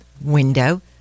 window